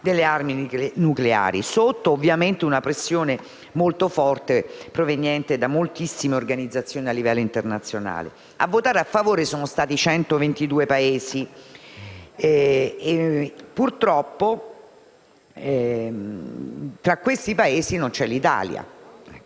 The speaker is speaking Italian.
delle armi nucleari, sotto una pressione molto forte proveniente da moltissime organizzazioni a livello internazionale. A votare a favore sono stati 122 Paesi, ma purtroppo tra questi non c'è l'Italia.